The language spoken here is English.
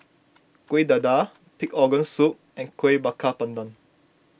Kueh Dadar Pig Organ Soup and Kuih Bakar Pandan